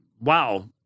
wow